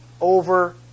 over